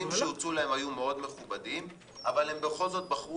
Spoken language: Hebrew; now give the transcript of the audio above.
התפקידים שהוצעו להם היו מאוד מכובדים אבל הם בכל-זאת בחרו